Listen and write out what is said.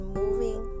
moving